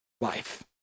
life